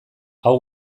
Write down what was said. hau